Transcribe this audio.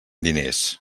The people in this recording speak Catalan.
diners